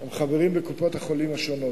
הם חברים בקופות-החולים השונות.